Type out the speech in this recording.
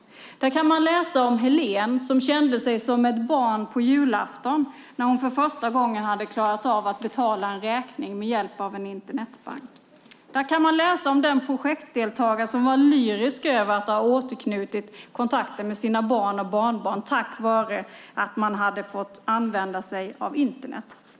Där kan man läsa om Helene, som kände sig som ett barn på julafton när hon för första gången hade klarat av att betala en räkning med hjälp av en Internetbank. Där kan man läsa om den projektdeltagare som var lyrisk över att ha återknutit kontakten med sina barn och barnbarn tack vare att han hade fått använda Internet.